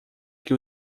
que